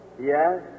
Yes